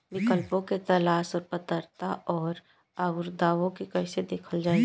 विकल्पों के तलाश और पात्रता और अउरदावों के कइसे देखल जाइ?